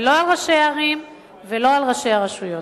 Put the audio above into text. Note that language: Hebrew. ולא על ראשי הערים ולא על ראשי הרשויות.